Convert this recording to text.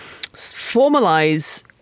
formalize